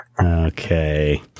Okay